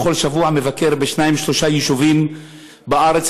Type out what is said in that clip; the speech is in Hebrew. בכל שבוע מבקר בשניים-שלושה יישובים בארץ,